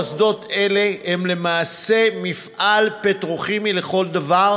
אסדות אלו הן למעשה מפעל פטרוכימי לכל דבר,